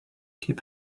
keep